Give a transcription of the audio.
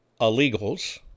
illegals